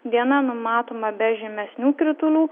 diena numatoma be žymesnių kritulių